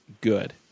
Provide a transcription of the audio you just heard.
good